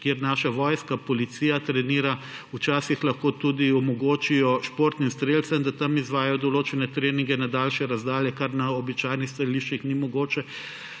kjer naša vojska, policija trenira, včasih omogočijo tudi športnim strelcem, da tam izvajajo določene treninge na daljše razdalje, kar na običajnih streliščih ni mogoče.